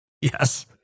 Yes